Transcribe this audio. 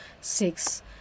six